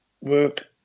work